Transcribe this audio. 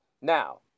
Now